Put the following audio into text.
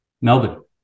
Melbourne